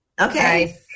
okay